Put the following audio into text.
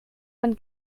man